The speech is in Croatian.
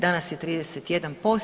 Danas je 31%